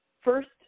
first